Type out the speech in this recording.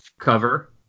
cover